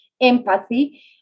empathy